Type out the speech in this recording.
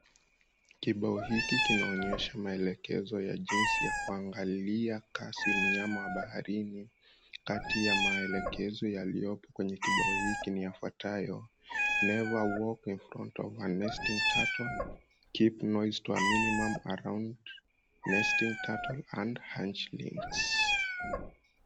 Kibao hiki kinaonyesha maelekezo jinsi ya kuangalia kasi mnyama wa baharini. Kati ya maelekezo yaliyopo kwenye kibao hiki ni yafuatayo, "Never walk Infront of a nesting turtle, keep noise to a minimum around nesting turtle and hanchlings."